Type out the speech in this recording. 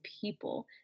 people